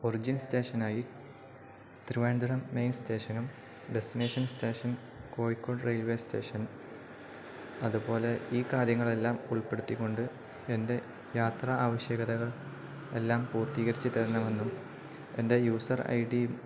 origin സ്റ്റേഷനായി Thiruvananthapuram main സ്റ്റേഷനും destination station Kozhikode railway station അതുപോലെ ഈ കാര്യങ്ങളെല്ലാം ഉൾപ്പെടുത്തിക്കൊണ്ട് എൻ്റെ യാത്രാ ആവശ്യകതകൾ എല്ലാം പൂർത്തീകരിച്ച് തരണമെന്നും എൻ്റെ യൂസർ ഐ ഡിയും